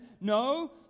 no